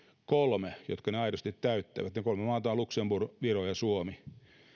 kolme jotka ne aidosti täyttävät ne kolme maata ovat luxemburg viro ja suomi